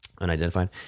unidentified